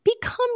become